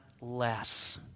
less